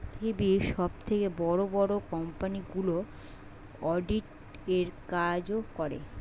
পৃথিবীর সবথেকে বড় বড় কোম্পানিগুলো অডিট এর কাজও করে